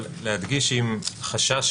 אבל להדגיש שעם החשש